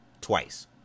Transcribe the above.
twice